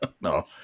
No